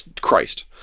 Christ